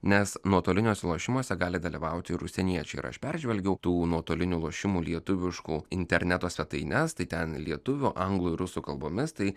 nes nuotoliniuose lošimuose gali dalyvauti ir užsieniečiai ir aš peržvelgiau tų nuotolinių lošimų lietuviškų interneto svetaines tai ten lietuvių anglų rusų kalbomis tai